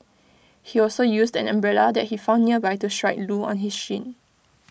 he also used an umbrella that he found nearby to strike Loo on his shin